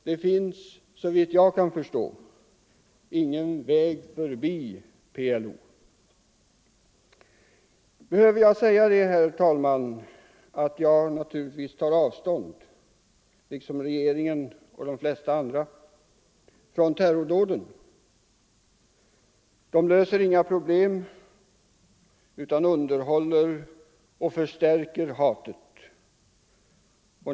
Det finns, såvitt jag kan förstå, ingen väg förbi PLO. Behöver jag här säga, herr talman, att jag liksom regeringen och de flesta andra tar avstånd från terrordåden. De löser inga problem utan underhåller och förstärker hatet.